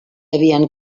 havien